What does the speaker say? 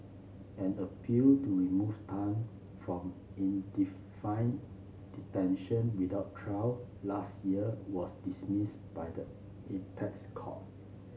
an appeal to remove Tan from detention without trial last year was dismissed by the apex court